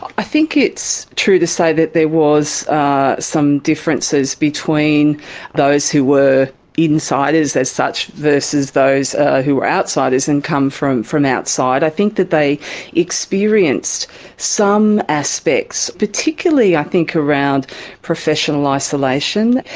i think it's true to say that there was ah some differences between those who were insiders, as such, versus those who were outsiders and come from from outside. i think that they experienced some aspects, particularly i think around professional isolation.